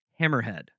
Hammerhead